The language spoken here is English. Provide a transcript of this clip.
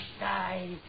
Die